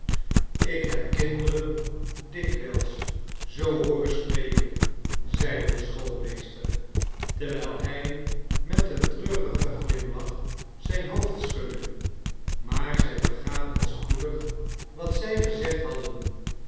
ik heb kinderen dikwijls zoo hooren spreken zeide de schoolmeester terwijl hij met een treurigen glimlach zijn hoofd schudde maar zij vergaten spoedig wat zij gezegd hadden